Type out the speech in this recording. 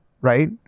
right